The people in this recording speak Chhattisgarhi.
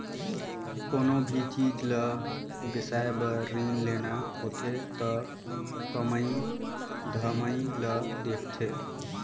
कोनो भी चीच ल बिसाए बर रीन लेना होथे त कमई धमई ल देखथें